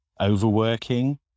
overworking